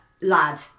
Lad